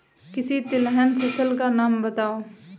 किसी तिलहन फसल का नाम बताओ